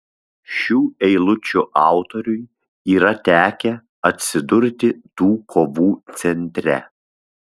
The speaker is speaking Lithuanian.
šių eilučių autoriui yra tekę atsidurti tų kovų centre